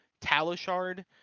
talishard